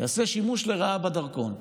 יעשה שימוש לרעה בדרכון.